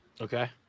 Okay